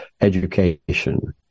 Education